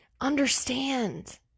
understand